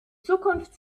zukunft